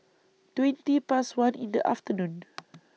twenty Past one in The afternoon